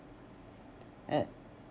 at